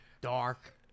dark